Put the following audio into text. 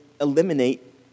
eliminate